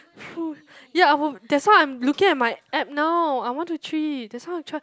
true ya I will that's why I'm looking at my app now I want to treat that's why I'm try